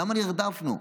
למה נרדפנו?